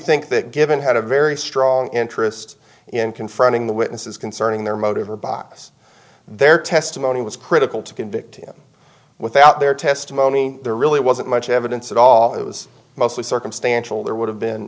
think that given had a very strong interest in confronting the witnesses concerning their motive or box their testimony was critical to convict him without their testimony there really wasn't much evidence at all it was mostly circumstantial there would have been